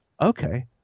okay